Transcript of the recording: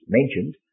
mentioned